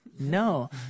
No